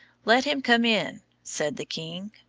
let him come in, said the king.